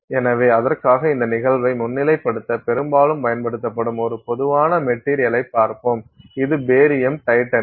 எனவே அதற்காக இந்த நிகழ்வை முன்னிலைப்படுத்த பெரும்பாலும் பயன்படுத்தப்படும் ஒரு பொதுவான மெட்டீரியல்ளைப் பார்ப்போம் இது பேரியம் டைட்டனேட்